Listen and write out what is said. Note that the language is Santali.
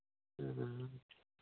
ᱚ